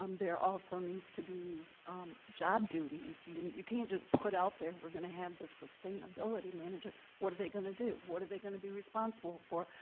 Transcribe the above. um there also needs to be job duties. you know you can't just put out there we're gonna have this sustainability manager. what are they gonna do? what are they gonna be responsible for?